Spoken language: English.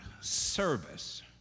service